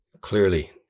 clearly